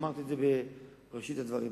אמרתי את זה בראשית הדברים,